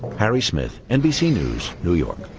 harry smith, nbc news, new york.